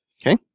Okay